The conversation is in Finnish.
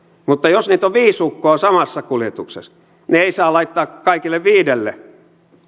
mutta jos niitä on viisi ukkoa samassa kuljetuksessa niin ei saa laittaa kaikille viidelle